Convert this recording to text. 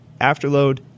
afterload